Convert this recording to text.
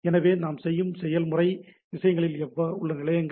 எனவே இது நாம் செய்ய விரும்பும் செயல்முறை நிலையில் உள்ள விஷயங்கள்